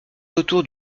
autour